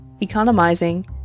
economizing